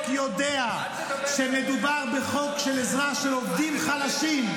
יודע שמדובר בחוק של עזרה לעובדים חלשים,